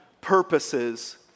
purposes